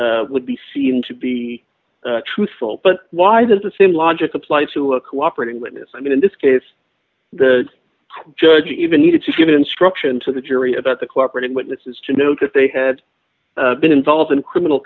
would be seen to be truthful but why does the same logic apply to a cooperating witness i mean in this case the judge even needed to give an instruction to the jury about the cooperating witnesses to note that they had been involved in criminal